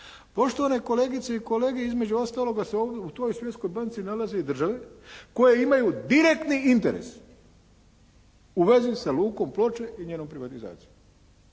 Poštovane kolegice i kolege, između ostaloga se u toj Svjetskoj banci nalaze i države koje imaju direktni interes u vezi sa Lukom Ploče i njenom privatizacijom